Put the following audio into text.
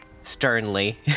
sternly